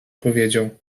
powiedział